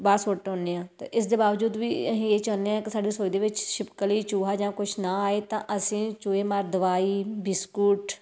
ਬਾਹਰ ਸੁੱਟ ਆਉਂਦੇ ਹਾਂ ਅਤੇ ਇਸ ਦੇ ਬਾਵਜੂਦ ਵੀ ਅਸੀਂ ਇਹ ਚਾਹੁੰਦੇ ਹਾਂ ਕਿ ਸਾਡੀ ਰਸੋਈ ਦੇ ਵਿੱਚ ਛਿਪਕਲੀ ਚੂਹਾ ਜਾਂ ਕੁਛ ਨਾ ਆਏ ਤਾਂ ਅਸੀਂ ਚੂਹੇ ਮਾਰ ਦਵਾਈ ਬਿਸਕੁਟ